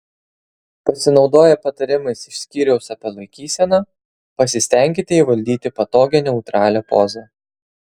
pasinaudoję patarimais iš skyriaus apie laikyseną pasistenkite įvaldyti patogią neutralią pozą